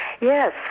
Yes